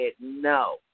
no